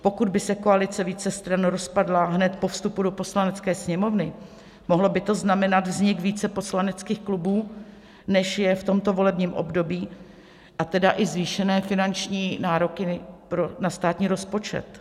Pokud by se koalice více stran rozpadla hned po vstupu do Poslanecké sněmovny, mohlo by to znamenat vznik více poslaneckých klubů, než je v tomto volebním období, a tedy i zvýšené finanční nároky na státní rozpočet.